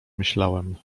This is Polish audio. myślałem